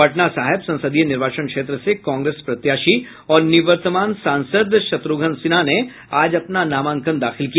पटना साहिब संसदीय निर्वाचन क्षेत्र से कांग्रेस प्रत्याशी और निवर्तमान सांसद शत्र्घ्न सिन्हा ने आज अपना नामांकन दाखिल किया